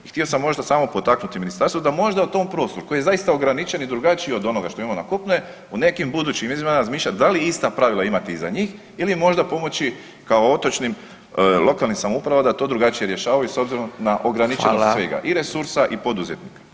I htio sam možda samo potaknuti ministarstvo da možda o tom prostoru koji je zaista ograničen i drugačiji od onoga što imamo na kopnu je u nekim budućim izmjenama razmišljat da li ista pravila imati i za njih ili je možda pomoći kao otočnim lokalnim samoupravama da to drugačije rješavaju s obzirom na ograničenost svega i resursa i poduzetnika.